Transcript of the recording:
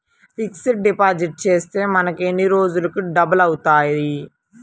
Fixed deposit చేస్తే మనకు ఎన్ని రోజులకు డబల్ అవుతాయి?